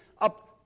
up